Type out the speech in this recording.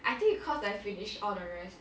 I think cause I finish all the rice